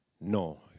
no